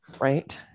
right